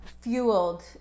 fueled